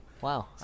wow